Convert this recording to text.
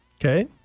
Okay